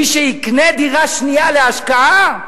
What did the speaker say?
מי שיקנה דירה שנייה להשקעה,